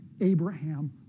Abraham